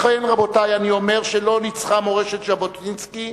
לכן, רבותי, אני אומר שלא ניצחה מורשת ז'בוטינסקי,